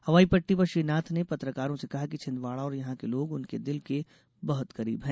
हवाईपट्टी पर श्री नाथ ने पत्रकारों से कहा कि छिदवाडा और यहां के लोग उनके दिल के बहत करीब है